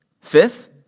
Fifth